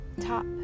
top